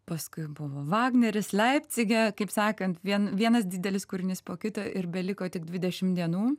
paskui buvo vagneris leipcige kaip sakant vien vienas didelis kūrinys po kito ir beliko tik dvidešim dienų